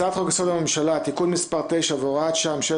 הצעת חוק יסוד: הממשלה (תיקון מס' 9 והוראת שעה) (ממשלת